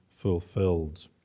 fulfilled